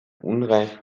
unreif